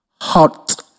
Hot